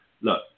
Look